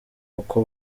uko